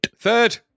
Third